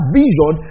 vision